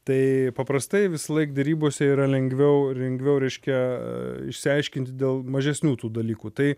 tai paprastai visąlaik derybose yra lengviau ir lengviau reiškia išsiaiškinti dėl mažesnių tų dalykų tai